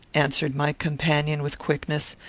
answered my companion, with quickness,